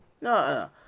no